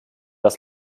das